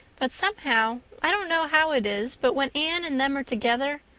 but somehow i don't know how it is but when anne and them are together,